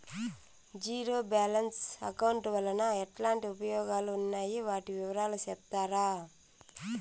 Zero balance account వలన ఎట్లాంటి ఉపయోగాలు ఉన్నాయి? వాటి వివరాలు సెప్తారా?